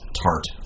tart